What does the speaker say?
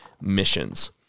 missions